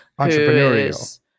Entrepreneurial